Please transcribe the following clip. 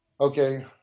okay